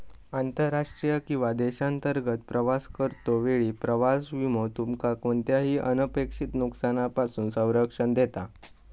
आंतरराष्ट्रीय किंवा देशांतर्गत प्रवास करतो वेळी प्रवास विमो तुमका कोणताही अनपेक्षित नुकसानापासून संरक्षण देता